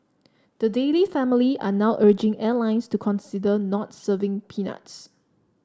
the Daley family are now urging airlines to consider not serving peanuts